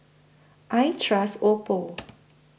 I Trust Oppo